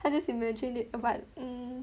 I just imagine it but mm